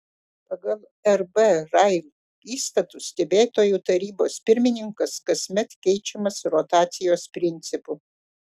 pagal rb rail įstatus stebėtojų tarybos pirmininkas kasmet keičiamas rotacijos principu